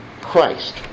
Christ